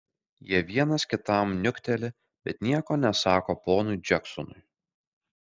jie vienas kitam niukteli bet nieko nesako ponui džeksonui